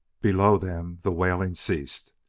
below them the wailing ceased.